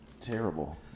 terrible